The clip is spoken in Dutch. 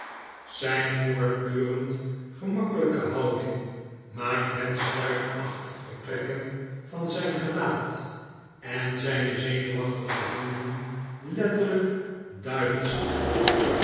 zijn voortdurend gemakkelijke houding maakt het stuipachtig vertrekken van zijn gelaat en zijne zenuwachtige handen letterlijk